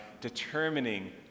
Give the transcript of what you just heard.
determining